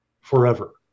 forever